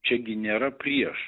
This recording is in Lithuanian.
čiagi nėra prieš